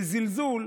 בזלזול,